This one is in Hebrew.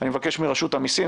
אני מבקש מרשות המיסים,